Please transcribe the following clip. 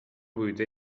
بوده